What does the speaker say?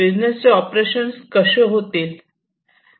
business चे operation कसे होतील